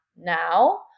now